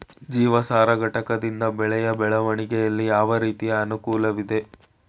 ಜೀವಸಾರ ಘಟಕದಿಂದ ಬೆಳೆಯ ಬೆಳವಣಿಗೆಯಲ್ಲಿ ಯಾವ ರೀತಿಯ ಅನುಕೂಲವಿದೆ?